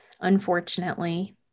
Unfortunately